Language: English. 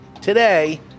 Today